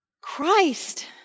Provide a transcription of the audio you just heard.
Christ